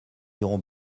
iront